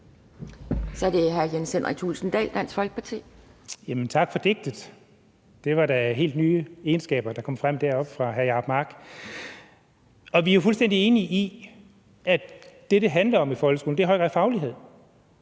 Kl. 10:33 Jens Henrik Thulesen Dahl (DF): Tak for digtet. Det var da helt nye egenskaber, der kom frem deroppe fra hr. Jacob Mark. Vi er fuldstændig enige i, at det, det handler om i folkeskolen, i høj grad er faglighed,